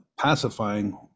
pacifying